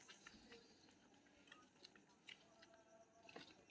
जोखिम सं प्रभावी ढंग सं नहि निपटै पर व्यवसाय खतमो भए सकैए